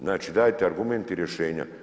Znači, dajte argument i rješenja.